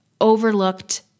overlooked